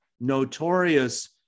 notorious